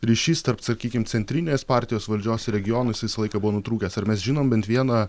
ryšys tarp sakykim centrinės partijos valdžios regionuose visą laiką buvo nutrūkęs ar mes žinom bent vieną